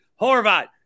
Horvat